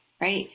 right